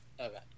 Okay